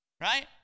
Right